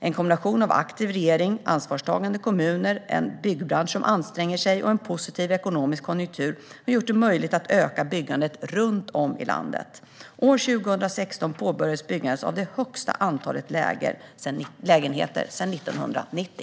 En kombination av aktiv regering, ansvarstagande kommuner, en byggbransch som anstränger sig och en positiv ekonomisk konjunktur har gjort det möjligt att öka byggandet runt om i landet. År 2016 påbörjades byggandet av det största antalet lägenheter sedan 1990.